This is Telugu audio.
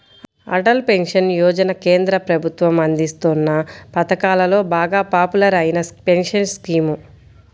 అటల్ పెన్షన్ యోజన కేంద్ర ప్రభుత్వం అందిస్తోన్న పథకాలలో బాగా పాపులర్ అయిన పెన్షన్ స్కీమ్